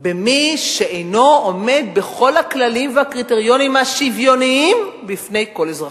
במי שאינו עומד בכל הכללים והקריטריונים השוויוניים בפני כל אזרחיה.